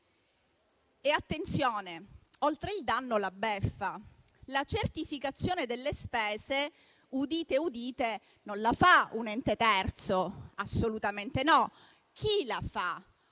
Attenzione, oltre al danno, la beffa: la certificazione delle spese - udite, udite - non la fa un ente terzo; assolutamente no. Chi la fa?